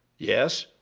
yes,